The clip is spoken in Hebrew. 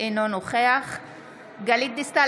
אינו נוכח גלית דיסטל